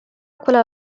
quella